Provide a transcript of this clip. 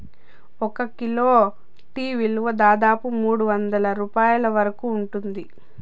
ఒక kilo tea విలువ దాదాపు మూడువందల రూపాయల వరకు ఉంటుంది